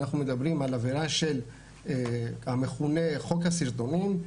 אנחנו מדברים על עבירה המכונה חוק הסרטונים,